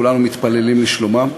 כולנו מתפללים לשלומם.